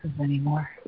anymore